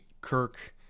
Kirk –